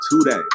today